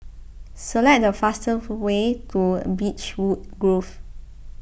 select the fastest way to Beechwood Grove